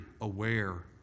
aware